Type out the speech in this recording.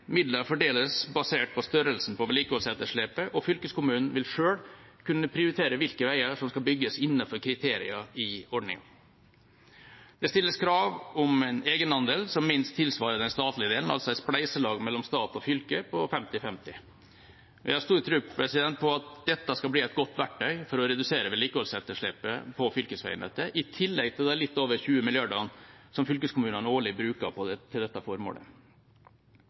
Midler fordeles basert på størrelsen på vedlikeholdsetterslepet, og fylkeskommunen vil selv kunne prioritere hvilke veier som skal bygges innenfor kriterier i ordningen. Det stilles krav om en egenandel som minst tilsvarer den statlige delen, altså et spleiselag mellom stat og fylke på 50-50. Jeg har stor tro på at dette skal bli et godt verktøy for å redusere vedlikeholdsetterslepet på fylkesveinettet, i tillegg til de litt over 20 milliardene som fylkeskommunene årlig bruker til dette formålet.